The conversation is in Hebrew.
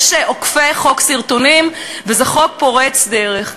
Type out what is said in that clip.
יש עוקפי חוק הסרטונים, וזה חוק פורץ דרך.